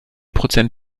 prozent